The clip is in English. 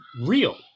real